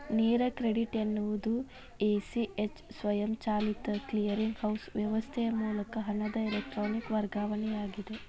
ನೇರ ಕ್ರೆಡಿಟ್ ಎನ್ನುವುದು A, C, H ಸ್ವಯಂಚಾಲಿತ ಕ್ಲಿಯರಿಂಗ್ ಹೌಸ್ ವ್ಯವಸ್ಥೆಯ ಮೂಲಕ ಹಣದ ಎಲೆಕ್ಟ್ರಾನಿಕ್ ವರ್ಗಾವಣೆಯಾಗಿದೆ